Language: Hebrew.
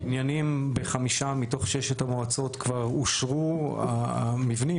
בחמישה מתוך ששת המועצות כבר אושרו המבנים.